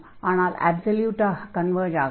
ஆனால் அப்ஸல்யூட்டாக கன்வர்ஜ் ஆகாது